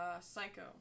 Psycho